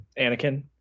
anakin